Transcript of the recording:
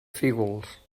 fígols